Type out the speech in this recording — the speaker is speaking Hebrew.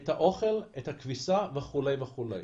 את האוכל, את הכביסה וכולי וכולי.